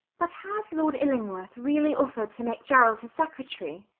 but has lord illingworth really offered to make gerald his secretary?